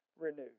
renewed